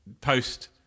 post